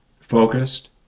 focused